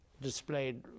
displayed